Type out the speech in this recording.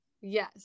Yes